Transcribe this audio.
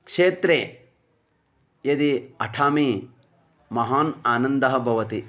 क्षेत्रे यदि अटामि महान् आनन्दः भवति